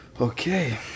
Okay